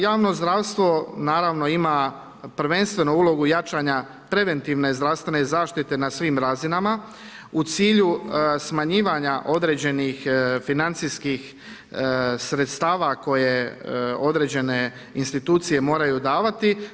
Javno zdravstvo naravno ima prvenstveno ulogu jačanja preventivne zdravstvene zaštite na svim razinama u cilju smanjivanja određenih financijskih sredstava koje određene institucije moraju davati.